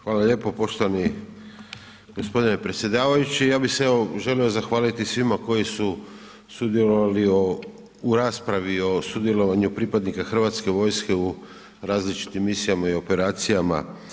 Hvala lijepo poštovani g. predsjedavajući, ja bi se evo želio zahvaliti svima koji su sudjelovali u raspravi o sudjelovanju pripadnika Hrvatske vojske u različitim misijama i operacijama.